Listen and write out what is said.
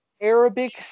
Arabic